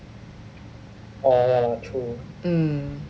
mm